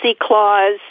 Clause